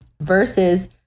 Versus